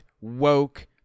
woke